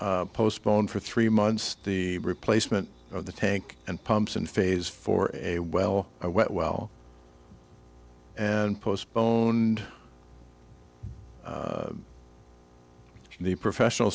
postpone for three months the replacement of the tank and pumps and phase for a well i went well and postponed the professional